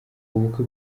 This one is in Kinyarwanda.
ubukwe